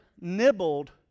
nibbled